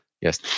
yes